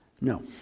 No